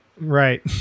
right